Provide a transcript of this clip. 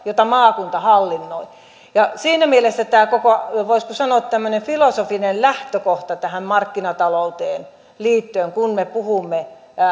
jota maakunta hallinnoi siinä mielessä tämä koko voisiko sanoa tämmöinen filosofinen lähtökohta tähän markkinatalouteen liittyen kun me puhumme